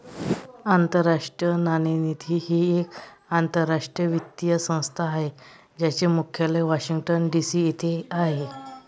आंतरराष्ट्रीय नाणेनिधी ही एक आंतरराष्ट्रीय वित्तीय संस्था आहे ज्याचे मुख्यालय वॉशिंग्टन डी.सी येथे आहे